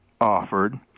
offered